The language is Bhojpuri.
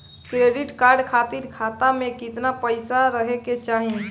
क्रेडिट कार्ड खातिर खाता में केतना पइसा रहे के चाही?